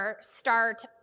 start